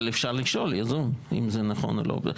אבל אפשר לשאול אם זה נכון או לא.